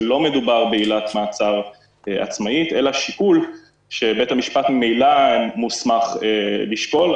שלא מדובר בעילת מעצר עצמאית אלא שיקול שבית המשפט ממילא מוסמך לשקול.